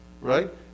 right